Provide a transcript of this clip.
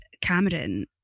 Cameron